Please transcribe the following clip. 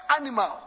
animal